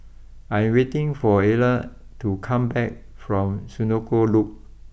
I am waiting for Erla to come back from Senoko Loop